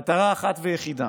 מטרה אחת ויחידה,